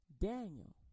Daniel